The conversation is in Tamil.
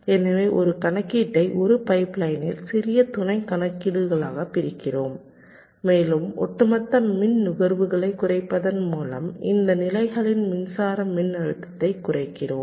எனவே ஒரு கணக்கீட்டை ஒரு பைப்லைனில் சிறிய துணை கணக்கீடுகளாகப் பிரிக்கிறோம் மேலும் ஒட்டுமொத்த மின் நுகர்வுகளைக் குறைப்பதன் மூலம் இந்த நிலைகளின் மின்சார மின்னழுத்தத்தை குறைக்கிறோம்